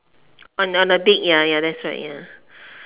on on the stick ya ya that's right ya